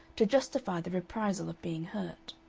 to justify the reprisal of being hurt.